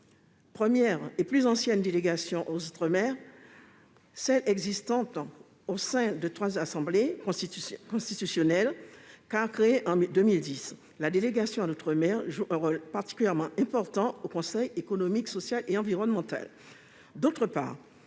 Première et plus ancienne délégation aux outre-mer parmi celles existant au sein des trois assemblées constitutionnelles, car elle a été créée en mai 2010, la délégation à l'outre-mer joue un rôle particulièrement important au Conseil économique, social et environnemental.